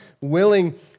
willing